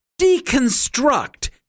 deconstruct